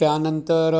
त्यानंतर